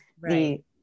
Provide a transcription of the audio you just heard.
Right